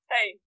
Hey